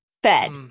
fed